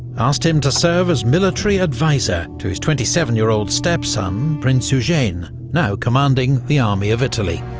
asked him to serve as military advisor to his twenty seven year old stepson prince eugene, now commanding the army of italy.